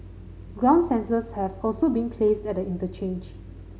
ground sensors have also been placed at the interchange